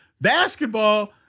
Basketball